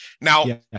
Now